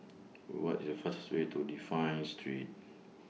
What IS The fastest Way to Dafne Street